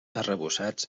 arrebossats